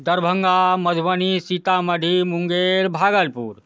Darbhanga Madhubani Sitamarhi Munger Bhagalpur